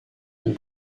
and